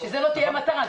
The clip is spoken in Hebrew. זאת לא תהיה המטרה,